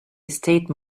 estate